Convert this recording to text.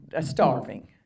starving